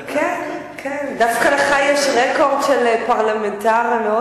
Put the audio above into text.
כן, כן, דווקא לך יש רקורד של פרלמנטר מאוד